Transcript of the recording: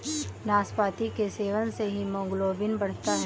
नाशपाती के सेवन से हीमोग्लोबिन बढ़ता है